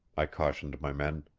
i cautioned my men.